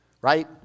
right